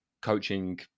coaching